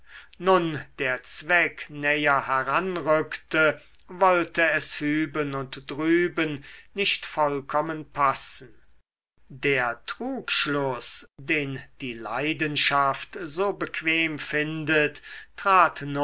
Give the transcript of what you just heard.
nun der zweck näher heranrückte wollte es hüben und drüben nicht vollkommen passen der trugschluß den die leidenschaft so bequem findet trat